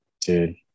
dude